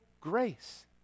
grace